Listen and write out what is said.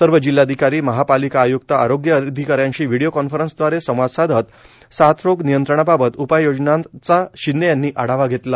सर्व जिल्हाधिकारी महापालिका आयुक्त आरोग्य अधिकाऱ्यांशी व्हिडीओ कॉन् रन्सदवारे संवाद साधत साथरोग नियंत्रणाबाबत उपाययोजनांचा शिंदे यांनी आढावा घेतला